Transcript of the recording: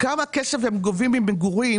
כמה כסף הן גובות ממגורים,